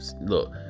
look